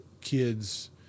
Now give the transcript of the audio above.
kids